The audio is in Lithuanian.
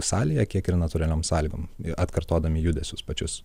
salėje kiek ir natūraliom sąlygom atkartodami judesius pačius